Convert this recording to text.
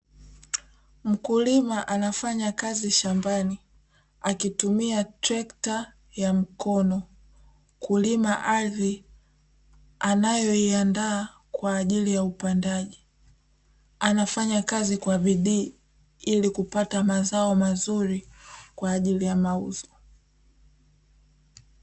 Mkulima anafanya kazi shambani, akitumia trekta ya mkono kulima ardhi anayoiiandaa kwa ajili ya upandaji. Anafanya kazi kwa bidii ili kupata mazao mazuri kwa ajili ya mauzo.